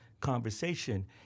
conversation